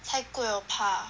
太贵我怕